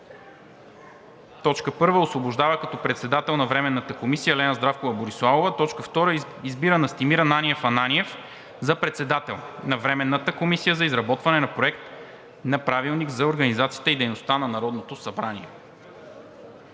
РЕШИ: 1. Освобождава като председател на Временната комисия Лена Здравкова Бориславова. 2. Избира Настимир Ананиев Ананиев за председател на Временната комисия за изработване на Проект на правилник за организацията и дейността на Народното събрание.“